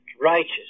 righteous